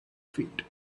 feet